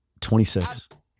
26